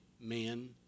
man